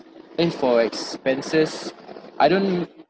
and for likes expenses I don't